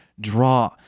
draw